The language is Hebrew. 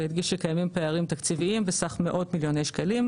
והדגיש שקיימים פערים תקציביים בסך מאות מיליוני שקלים,